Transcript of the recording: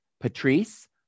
Patrice